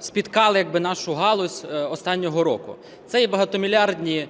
спіткали як би нашу галузь останнього року. Це є багатомільярдні